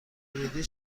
ورودی